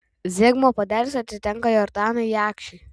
zigmo puodelis atitenka jordanui jakšiui